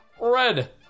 Red